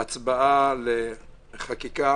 לחקיקה.